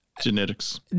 Genetics